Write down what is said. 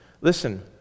Listen